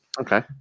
okay